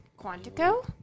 Quantico